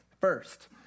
First